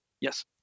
Yes